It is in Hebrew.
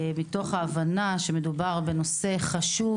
מתוך ההבנה שמדובר בנושא חשוב.